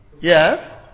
Yes